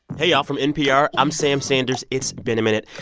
hey, y'all. from npr, i'm sam sanders. it's been a minute.